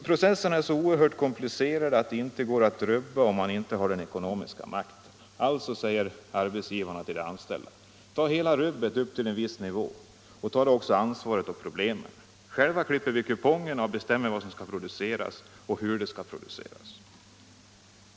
Processerna är så oerhört komplicerade att de inte går att rubba om man inte har den ekonomiska makten. Alltså, säger arbetsgivarna till sina anställda, ta hela rubbet upp till en viss nivå, men ta då också ansvaret och problemen. Själva klipper vi kupongerna och bestämmer vad som ska produceras och hur det ska produceras.